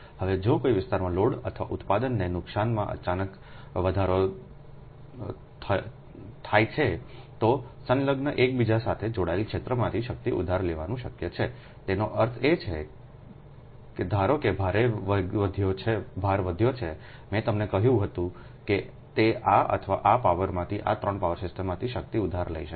હવે જો કોઈ વિસ્તારમાં લોડ અથવા ઉત્પાદન ને નુકસાનમાં અચાનક વધારો થાય છે તો સંલગ્ન એકબીજા સાથે જોડાયેલા ક્ષેત્રમાંથી શક્તિ ઉધાર લેવાનું શક્ય છેતેનો અર્થ છે કે ધારો કે ભાર વધ્યો છે મેં તમને કહ્યું હતું કે તે આ અથવા આ પાવરમાંથી આ 3 પાવર સિસ્ટમ્સમાંથી શક્તિ ઉધાર લઈ શકે છે